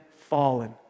fallen